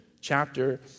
Chapter